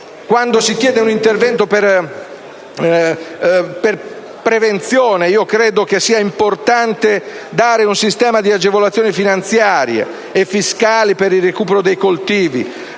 Quando si chiede un intervento per la prevenzione, penso sia importante creare un sistema di agevolazioni finanziarie, fiscali per il recupero dei coltivi,